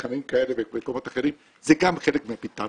במתחמים כאלה ובמקומות אחרים, זה גם חלק מהפתרון.